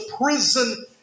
prison